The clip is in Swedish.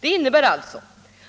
Detta innebär alltså